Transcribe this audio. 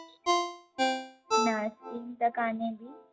न स्कीम त कान्हे ॿी